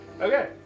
Okay